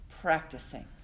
practicing